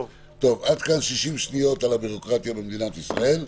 עד כאן 60 שניות על הביורוקרטיה במדינת ישראל.